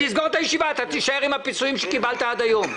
אסגור את הישיבה ואתה תישאר עם הפיצויים שקיבלת עד היום.